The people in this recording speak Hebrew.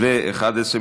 (8) ו-(11),